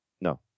no